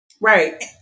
right